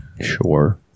Sure